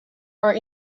are